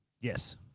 Yes